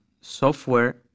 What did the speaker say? software